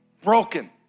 broken